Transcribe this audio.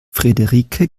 frederike